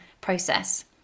process